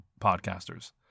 podcasters